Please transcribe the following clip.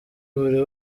buri